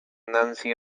nancy